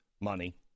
money